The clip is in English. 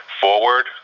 forward